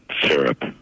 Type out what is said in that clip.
syrup